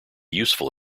useful